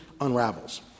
unravels